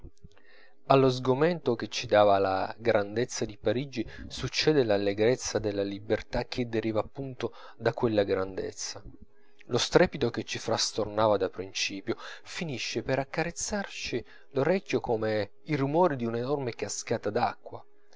allo sgomento che ci dava la grandezza di parigi succede l'allegrezza della libertà che deriva appunto da quella grandezza lo strepito che ci frastornava da principio finisce per accarezzarci l'orecchio come il rumore di un'enorme cascata d'acqua